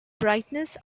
brightness